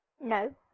No